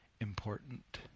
important